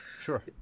sure